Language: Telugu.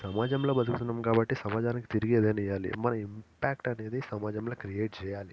సమాజంలో బతుకుతున్నాము కాబట్టి సమాజానికి తిరిగి ఏదైనా ఇవ్వాలి మన ఇంపాక్ట్ అనేది సమాజంలో క్రియేట్ చేయాలి